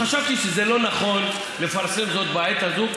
חשבתי שזה לא נכון לפרסם זאת בעת הזאת,